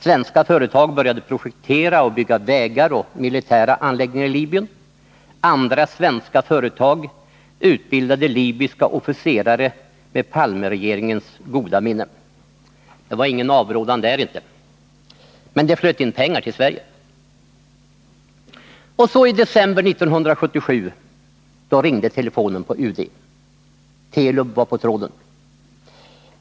Svenska företag började projektera och bygga vägar och militära anläggningar i Libyen. Andra svenska företag utbildade libyska officerare med Palmeregeringens goda minne — det var ingen avrådan där inte. Det flöt in pengar till Sverige. Och så i december 1977 ringde telefonen på UD -— Telub var på tråden.